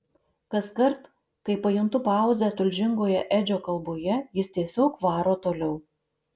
kaskart kai pajuntu pauzę tulžingoje edžio kalboje jis tiesiog varo toliau